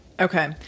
Okay